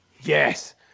Yes